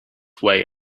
way